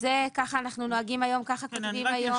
שככה הם נוהגים היום, ככה כותבים היום.